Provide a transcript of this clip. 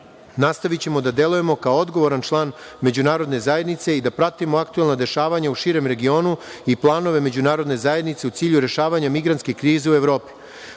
nastavićemo da delujemo kao odgovoran član Međunarodne zajednice i da pratimo aktuelna dešavanja u širem regionu i planove Međunarodne zajednice u cilju rešavanja migrantske krize u Evropi.U